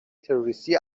تروریستی